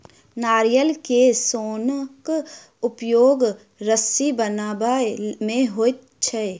नारियल के सोनक उपयोग रस्सी बनबय मे होइत छै